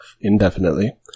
indefinitely